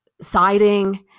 siding